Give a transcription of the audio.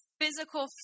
physical